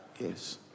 Yes